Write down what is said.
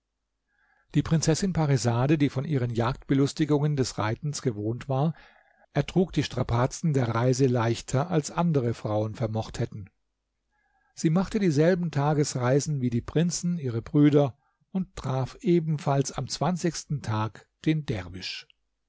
die prinzessin parisade die von ihren jagdbelustigungen des reitens gewohnt war ertrug die strapazen der reise leichter als andere frauen vermocht hätten sie machte dieselben tagesreisen wie die prinzen ihre brüder und traf ebenfalls am zwanzigsten tag den derwisch